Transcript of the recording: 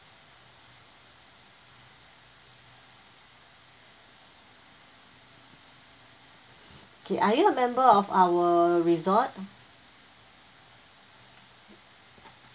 okay are you a member of our resort